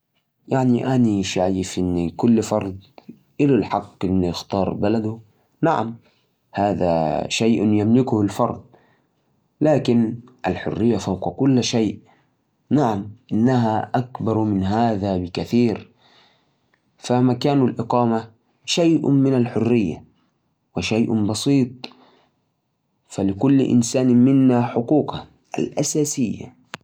أيوة، من حق الأفراد يختارون البلد اللي يبقون يعيشون فيه. هذا حق أساسي مرتبط بالحرية الشخصية، ويسمح للناس بالبحث عن فرص أفضل. سواء من ناحية العمل أو التعليم، أو حتى نمط الحياة. كمان، إختيار البلد يساعدهم في العيش في بيئة تتناسب مع ثقافتهم وقيمهم. لكن في بعض الأحيان، القيود السياسية أو الاقتصادية ممكن تعيق هذا الحق